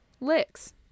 licks